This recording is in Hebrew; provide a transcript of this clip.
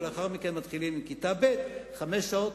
לאחר מכן מתחילים עם כיתה ב' חמש שעות.